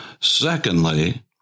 Secondly